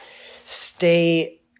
stay